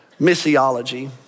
missiology